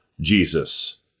Jesus